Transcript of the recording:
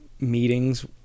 meetings